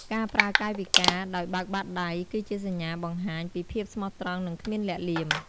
ការប្រើកាយវិការដោយបើកបាតដៃ គឺជាសញ្ញាបង្ហាញពីភាពស្មោះត្រង់ និងគ្មានលាក់លៀម។